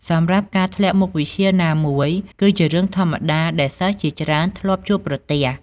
សម្រាប់ ការធ្លាក់មុខវិជ្ជាណាមួយ គឺជារឿងធម្មតាដែលសិស្សជាច្រើនធ្លាប់ជួបប្រទះ។